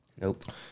Nope